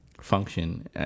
function